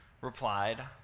replied